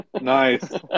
Nice